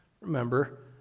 Remember